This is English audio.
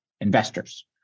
investors